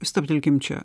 stabtelkime čia